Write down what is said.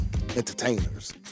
entertainers